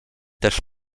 też